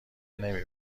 نمی